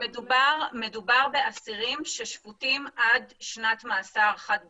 מדובר באסירים ששפוטים עד שנת מאסר אחת בלבד.